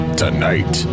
Tonight